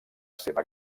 seva